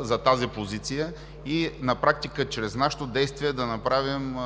за тази позиция и на практика чрез нашето действие да направим